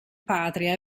patria